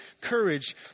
courage